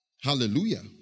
Hallelujah